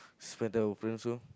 spend time with friends loh